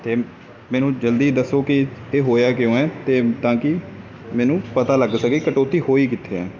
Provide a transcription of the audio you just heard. ਅਤੇ ਮੈਨੂੰ ਜਲਦੀ ਦੱਸੋ ਕਿ ਇਹ ਹੋਇਆ ਕਿਉਂ ਹੈ ਅਤੇ ਤਾਂ ਕਿ ਮੈਨੂੰ ਪਤਾ ਲੱਗ ਸਕੇ ਕਟੌਤੀ ਹੋਈ ਕਿੱਥੇ ਹੈ